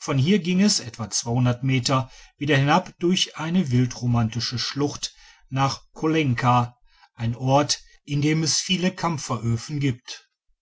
von hier ging es etwa meter wieder hinab durch eine wildromantische schlucht nach kolenka ein ort in dem es viele kampferöfen giebt